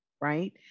right